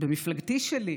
שבמפלגתי שלי,